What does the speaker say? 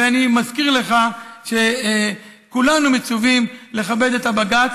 ואני מזכיר לך שכולנו מצווים לכבד את הבג"ץ.